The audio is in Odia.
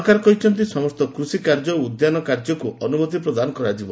ସରକାର କହିଛନ୍ତି ସମସ୍ତ କୃଷିକାର୍ଯ୍ୟ ଓ ଉଦ୍ୟାନ କାର୍ଯ୍ୟକୁ ଅନୁମତି ପ୍ରଦାନ କରାଯିବ